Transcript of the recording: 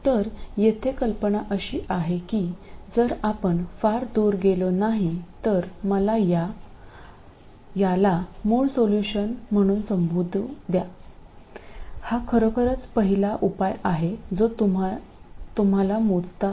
तर येथे कल्पना अशी आहे की जर आपण फार दूर गेलो नाही तर मला याला मूळ सोल्युशन म्हणून संबोधू द्या हा खरोखरच पहिला उपाय आहे जो तुम्ही मोजता